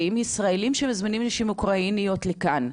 ישראליים שמזמינים נשים אוקראיניות לכאן,